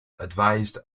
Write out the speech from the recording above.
advised